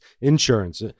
insurance